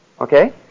Okay